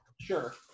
Sure